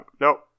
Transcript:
Nope